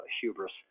hubris